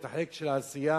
את החלק של העשייה,